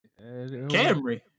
Camry